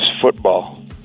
football